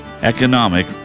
economic